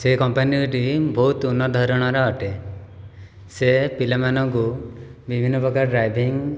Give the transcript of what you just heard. ସେ କମ୍ପାନୀଟି ବହୁତ ଉନ୍ନତଧରଣର ଅଟେ ସେ ପିଲାମାନଙ୍କୁ ବିଭିନ୍ନପ୍ରକାର ଡ୍ରାଇଭିଙ୍ଗ